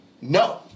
no